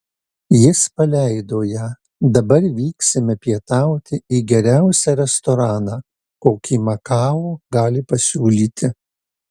jis paleido ją dabar vyksime pietauti į geriausią restoraną kokį makao gali pasiūlyti